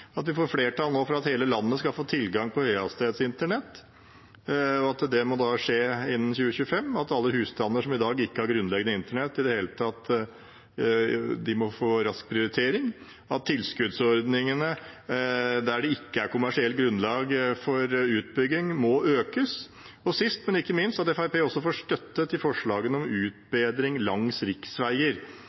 Vi får nå flertall for at hele landet skal få tilgang på høyhastighets internett, og at det må skje innen 2025, at alle husstander som i dag ikke har grunnleggende internett i det hele tatt, må få rask prioritering, at tilskuddsordningene der det ikke er kommersielt grunnlag for utbygging, må økes, og sist, men ikke minst, at Fremskrittspartiet også får støtte til forslagene om utbedring langs